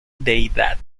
deidad